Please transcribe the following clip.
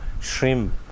shrimp